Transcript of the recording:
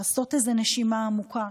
לעשות איזו נשימה עמוקה,